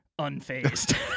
unfazed